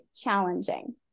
challenging